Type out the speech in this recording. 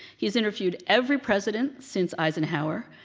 he has interviewed every president since eisenhower,